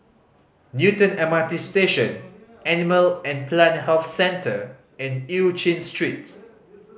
Newton M R T Station Animal and Plant Health Centre and Eu Chin Street